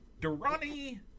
Durrani